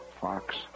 fox